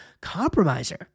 compromiser